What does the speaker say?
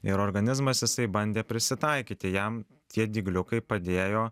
ir organizmas jisai bandė prisitaikyti jam tie dygliukai padėjo